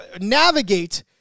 navigate